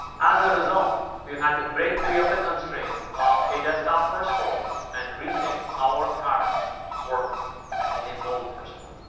result, we have had to break free of the constraints of a desktop first world and rethink how our products work in a mobile-first world.